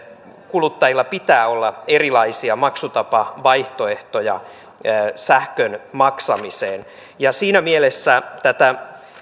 kuluttajilla pitää olla erilaisia maksutapavaihtoehtoja sähkön maksamiseen ja siinä mielessä tätä